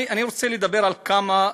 אני רוצה לדבר על כמה נקודות.